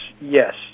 Yes